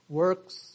works